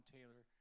Taylor